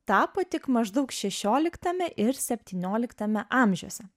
tapo tik maždaug šešioliktame ir septynioliktame amžiuose